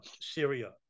Syria